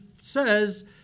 says